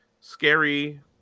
scary